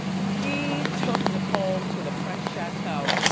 he took nicole to the french chateau,